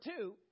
two